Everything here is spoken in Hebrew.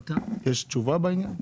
יש תשובה בעניין?